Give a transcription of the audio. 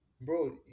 Bro